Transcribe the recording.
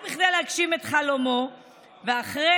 ולפיד,